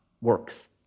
works